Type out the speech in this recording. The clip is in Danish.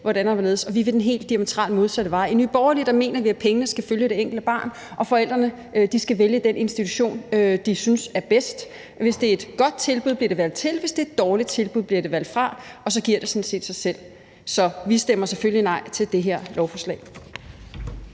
hvordan og hvorledes, og vi vil den helt diametralt modsatte vej. I Nye Borgerlige mener vi, at pengene skal følge det enkelte barn, og at forældrene skal vælge den institution, de synes er bedst. Hvis det er et godt tilbud, bliver det valgt til, og hvis det er et dårligt tilbud, bliver det valgt fra, og så giver det sådan set sig selv. Så vi stemmer selvfølgelig nej til det her lovforslag.